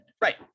Right